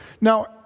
Now